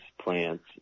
plants